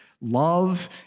Love